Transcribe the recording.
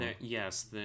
Yes